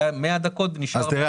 תראה,